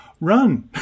Run